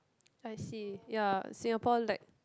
I see ya Singapore lack